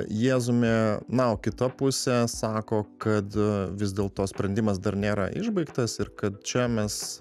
jėzumi na o kita pusė sako kad vis dėlto sprendimas dar nėra išbaigtas ir kad čia mes